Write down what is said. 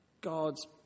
God's